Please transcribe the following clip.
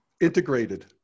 Integrated